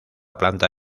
planta